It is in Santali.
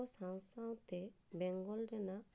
ᱥᱟᱣ ᱥᱟᱣᱛᱮ ᱵᱮᱝᱜᱚᱞ ᱨᱮᱱᱟᱜ